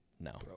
No